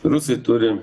rusai turi